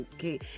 que